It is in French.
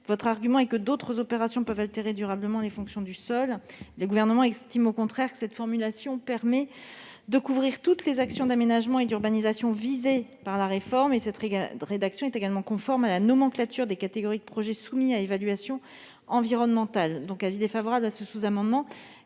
dans l'amendement du Gouvernement peuvent altérer durablement les fonctions du sol. Le Gouvernement estime, au contraire, que cette formulation permet de couvrir toutes les actions d'aménagement et d'urbanisation visées par la réforme. Cette rédaction est également conforme à la nomenclature des catégories de projets soumis à évaluation environnementale. Le Gouvernement a donc émis un avis défavorable sur ce sous-amendement,